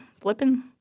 flipping